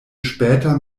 später